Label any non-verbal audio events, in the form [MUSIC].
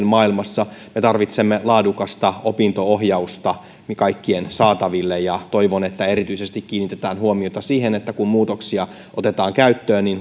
[UNINTELLIGIBLE] maailmassa me tarvitsemme laadukasta opinto ohjausta kaikkien saataville toivon että erityisesti kiinnitetään huomiota siihen että kun muutoksia otetaan käyttöön niin [UNINTELLIGIBLE]